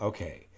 Okay